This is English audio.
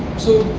so,